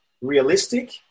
realistic